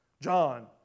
John